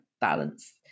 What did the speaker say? balance